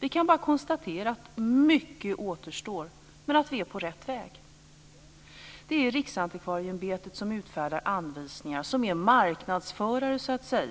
Vi kan bara konstatera att mycket återstår, men att vi är på rätt väg. Det är Riksantikvarieämbetet som utfärdar anvisningar, som är marknadsförare, så att säga.